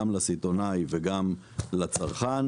גם לסיטונאי וגם לצרכן,